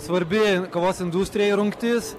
svarbi kavos industrijoj rungtis